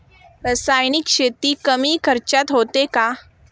रासायनिक शेती कमी खर्चात होते का?